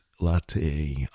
Latte